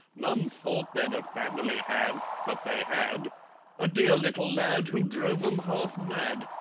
none thought they'd a family have but they had a dear little lad who drove em half mad,